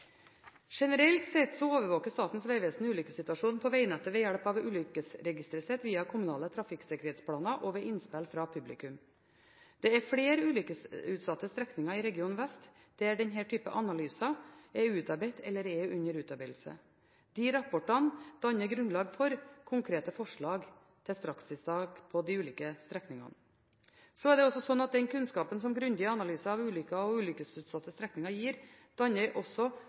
Generelt sett overvåker Statens vegvesen ulykkessituasjonen på vegnettet ved hjelp av ulykkesregisteret sitt via kommunale trafikksikkerhetsplaner og ved innspill fra publikum. Det er flere ulykkesutsatte strekninger i Region vest der denne typen analyserapporter er utarbeidet eller er under utarbeidelse. Disse rapportene danner grunnlag for konkrete forslag til strakstiltak på de ulike strekningene. Så er det slik at den kunnskapen som grundige analyser av ulykker og ulykkesutsatte strekninger gir, også danner